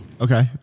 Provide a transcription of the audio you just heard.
okay